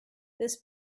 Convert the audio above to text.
this